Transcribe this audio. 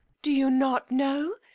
do you not know?